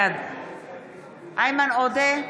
בעד איימן עודה,